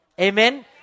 Amen